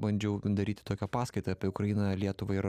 bandžiau daryti tokią paskaitą apie ukrainą lietuvą ir